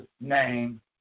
name